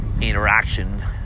interaction